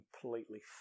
completely